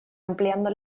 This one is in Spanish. ampliando